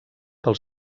pel